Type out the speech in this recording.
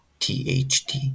THD